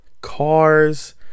cars